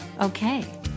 Okay